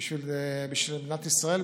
בשביל מדינת ישראל,